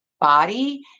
body